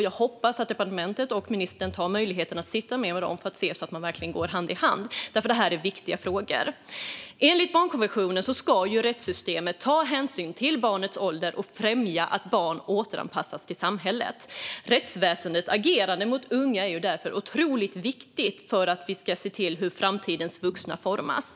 Jag hoppas att departementet och ministern utnyttjar möjligheten att sitta ned med dem för att se att man verkligen går hand i hand. Detta är viktiga frågor. Enligt barnkonventionen ska rättssystemet ta hänsyn till barnets ålder och främja att barn återanpassas till samhället. Rättsväsendets agerande mot unga är därför otroligt viktigt när det gäller att se till hur framtidens vuxna formas.